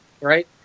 right